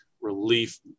relief